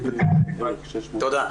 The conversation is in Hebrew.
תודה.